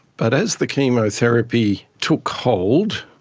but as the chemotherapy took hold,